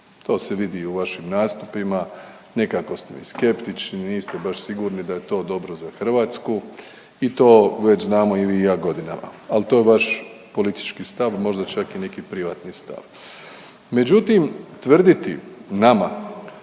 to se vidi i u vašim nastupima, nekako ste mi skeptični, niste baš sigurni da je to dobro za Hrvatsku i to već znamo i vi i ja godinama, ali to je vaš politički stav možda čak i neki privatni stav. Međutim, tvrditi nama